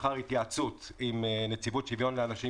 לאחר התייעצות עם נציבות שוויון לאנשים